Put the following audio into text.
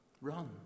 Run